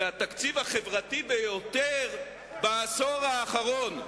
זה התקציב החברתי ביותר בעשור האחרון.